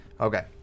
Okay